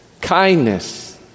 kindness